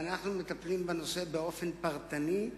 ואנחנו מטפלים בנושא באופן פרטני.